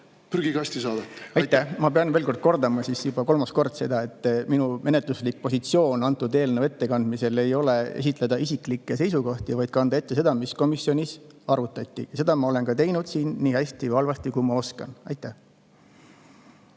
prügikasti saadate? Aitäh! Ma pean veel kordama, juba kolmas kord, et minu positsioon antud eelnõu ettekandmisel ei ole esitada isiklikke seisukohti, vaid kanda ette seda, mida komisjonis arutati. Seda ma olen teinud siin nii hästi või halvasti, kui ma oskan. Aitäh!